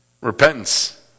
Repentance